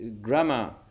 grammar